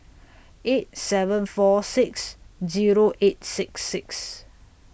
eight seven four six Zero eight six six